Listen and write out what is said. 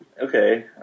Okay